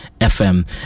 FM